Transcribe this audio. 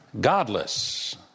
godless